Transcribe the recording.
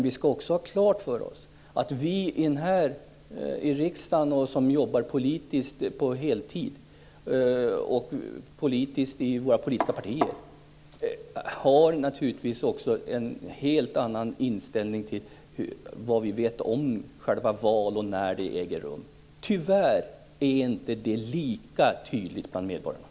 Vi skall ha klart för oss att vi här i riksdagen som jobbar politiskt på heltid i våra politiska partier naturligtvis har en helt annan inställning. Det handlar då om vad vi vet om själva valen och när de äger rum. Tyvärr är inte detta lika tydligt bland medborgarna.